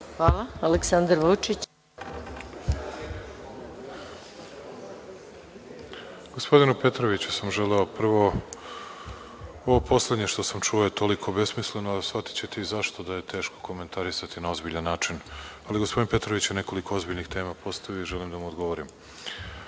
**Aleksandar Vučić** Gospodinu Petroviću sam želeo prvo. Ovo poslednje što sam čuo je toliko besmisleno, a shvatićete i zašto, da je teško komentarisati na ozbiljan način. Ali, gospodin Petrović je nekoliko ozbiljnih tema postavio i želim da mu odgovorim. Pre